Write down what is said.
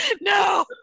no